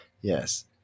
Yes